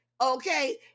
Okay